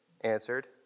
answered